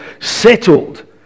settled